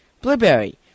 Blueberry